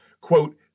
quote